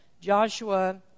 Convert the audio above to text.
Joshua